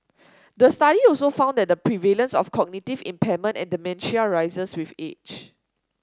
the study also found that the prevalence of cognitive impairment and dementia rises with age